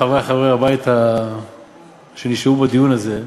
חברי חברי הבית שנשארו בדיון הזה,